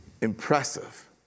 impressive